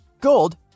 gold